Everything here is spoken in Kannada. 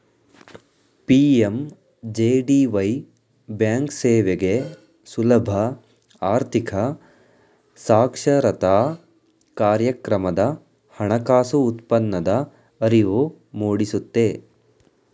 ಪಿ.ಎಂ.ಜೆ.ಡಿ.ವೈ ಬ್ಯಾಂಕ್ಸೇವೆಗೆ ಸುಲಭ ಆರ್ಥಿಕ ಸಾಕ್ಷರತಾ ಕಾರ್ಯಕ್ರಮದ ಹಣಕಾಸು ಉತ್ಪನ್ನದ ಅರಿವು ಮೂಡಿಸುತ್ತೆ